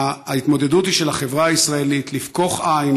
ההתמודדות היא של החברה הישראלית: לפקוח עין,